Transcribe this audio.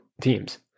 teams